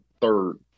third